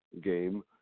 game